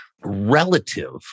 relative